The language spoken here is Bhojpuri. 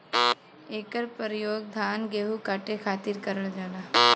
इकर परयोग धान गेहू काटे खातिर करल जाला